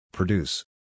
Produce